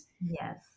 yes